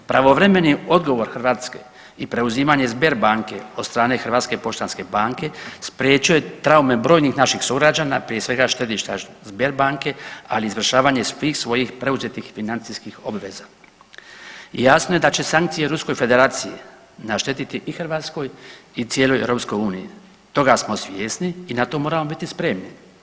Pravovremeni odgovor Hrvatske i preuzimanje Sberbanke od strane HPB-a spriječio je traume brojnih naših sugrađana prije svega štediša Sberbanke, ali i izvršavanje svih svojih preuzetih financijskih obveza i jasno je da će sankcije Ruskoj Federaciji naštetiti i Hrvatskoj i cijeloj EU, toga smo svjesni i na to moramo biti spremni.